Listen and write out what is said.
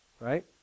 right